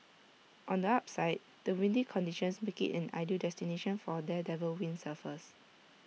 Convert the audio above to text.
on the upside the windy conditions make IT an ideal destination for daredevil windsurfers